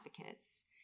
advocates